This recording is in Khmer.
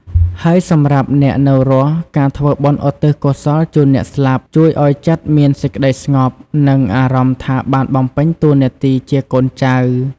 ហើយ សម្រាប់អ្នកនៅរស់ ការធ្វើបុណ្យឧទ្ទិសកុសលជូនអ្នកស្លាប់ ជួយឲ្យចិត្តមានសេចក្តីស្ងប់ និងអារម្មណ៍ថាបានបំពេញតួនាទីជាកូនចៅ។